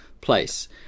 place